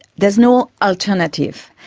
there is no alternative,